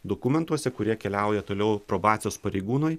dokumentuose kurie keliauja toliau probacijos pareigūnui